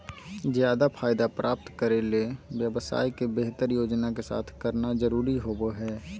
ज्यादा फायदा प्राप्त करे ले व्यवसाय के बेहतर योजना के साथ करना जरुरी होबो हइ